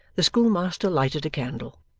the schoolmaster lighted a candle,